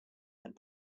and